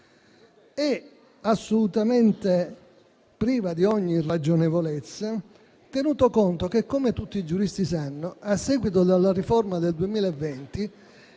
è assolutamente priva di ogni ragionevolezza, tenuto conto che, come tutti i giuristi sanno, a seguito della riforma del 2020,